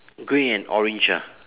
grey and orange ah